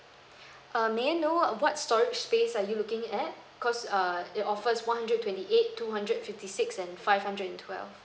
uh may I know what storage space are you looking at cause err it offers one hundred twenty eight two hundred fifty six and five hundred and twelve